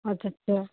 ਅੱਛਾ ਅੱਛਾ